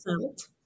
felt